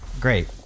Great